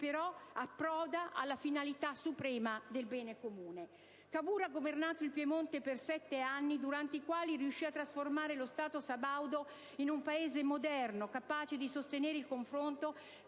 però, approda alla finalità suprema del bene comune. Cavour ha governato il Piemonte per sette anni, durante i quali riuscì a trasformare lo Stato sabaudo in un Paese moderno capace di sostenere il confronto